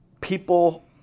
people